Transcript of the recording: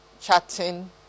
chatting